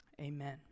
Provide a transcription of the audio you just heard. amen